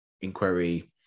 inquiry